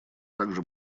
также